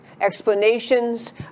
explanations